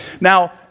Now